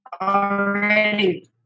already